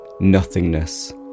nothingness